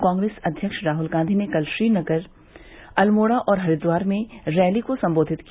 कांग्रेस अध्यक्ष राहुल गांधी ने कल श्रीनगर अत्मोड़ा और हरिद्वार में रैली को संबोधित किया